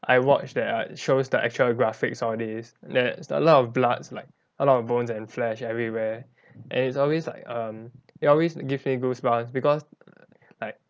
I watched that are shows the actual graphics all these there's a lot of bloods like a lot of bones and flesh everywhere and it's always like um it always gives me goosebumps because like